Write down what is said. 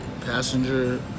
passenger